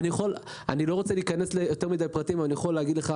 אני לא רוצה להיכנס לפרטים אבל אני יכול להגיד לך